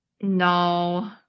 No